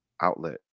outlet